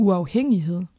Uafhængighed